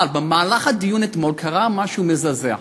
אבל בדיון אתמול קרה משהו מזעזע,